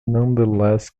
nonetheless